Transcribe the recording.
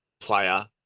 player